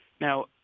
Now